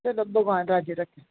चलो भगोआन राजी रक्खै